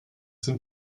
sind